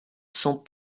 sont